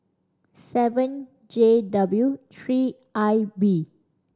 seven J W three I B